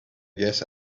guess